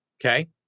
okay